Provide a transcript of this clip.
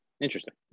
interesting